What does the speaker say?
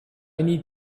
need